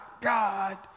God